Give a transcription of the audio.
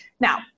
Now